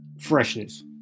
freshness